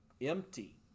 empty